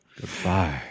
Goodbye